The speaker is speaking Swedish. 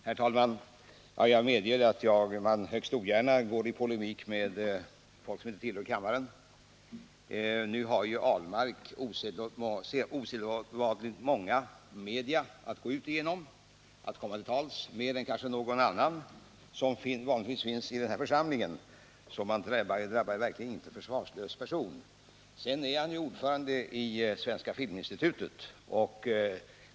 Herr talman! Jag medger att jag ogärna går in i polemik med personer som inte tillhör kammaren. Nu har ju Per Ahlmark osedvanligt många media att komma till tals i, fler än kanske någon av dem som vanligtvis finns i den här församlingen. Det drabbar därför verkligen inte en försvarslös person. Sedan är han ju också ordförande i Svenska filminstitutet — utsedd av regeringen.